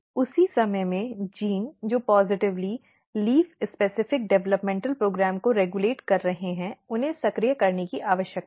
उसी समय में जीन जो पॉजिटिवली पत्ती विशिष्ट विकासात्मक कार्यक्रम को रेगुलेट कर रहे हैं उन्हें सक्रिय करने की आवश्यकता है